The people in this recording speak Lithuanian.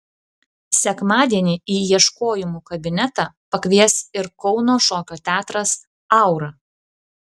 sekmadienį į ieškojimų kabinetą pakvies ir kauno šokio teatras aura